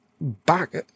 back